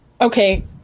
Okay